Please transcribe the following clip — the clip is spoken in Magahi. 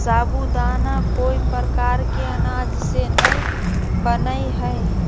साबूदाना कोय प्रकार के अनाज से नय बनय हइ